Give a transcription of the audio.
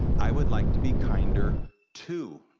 i would like to be kinder to.